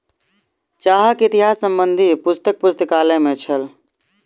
चाहक इतिहास संबंधी पुस्तक पुस्तकालय में छल